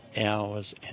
hours